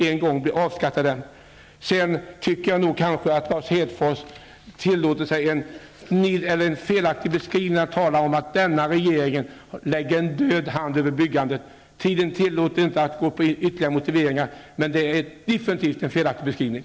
Jag tycker att Lars Hedfors tillåter sig en felaktig beskrivning när han talar om att denna regering lägger en död hand över byggandet. Tiden tilåter mig emellertid inte att gå in på ytterligare motiveringar, men det är en helt felaktig beskrivning.